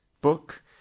book